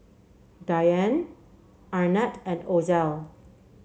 Dianne Arnett and Ozell